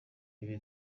ibi